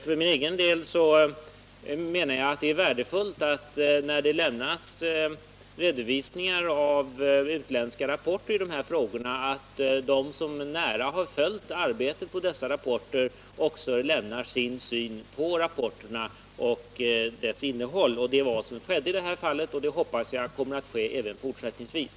För min egen del anser jag det värdefullt att utländska rapporter i de här frågorna redovisas och att de som nära har följt arbetet med dessa rapporter också lämnar sin syn på rapporterna och deras innehåll. Detta är vad som har skett i det här fallet, och det hoppas jag kommer att ske även fortsättningsvis.